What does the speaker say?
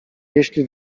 jeśli